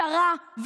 צרה,